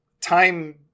time